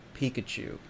Pikachu